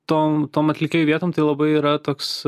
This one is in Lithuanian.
tom tom atlikėjų vietom tai labai yra toks